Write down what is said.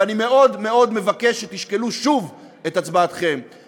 אני מאוד מאוד מבקש שתשקלו שוב את הצבעתכם.